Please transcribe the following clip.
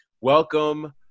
welcome